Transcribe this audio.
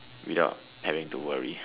without having to worry